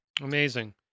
Amazing